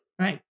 right